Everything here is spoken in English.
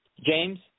James